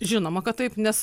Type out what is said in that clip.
žinoma kad taip nes